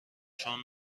چون